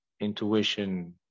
intuition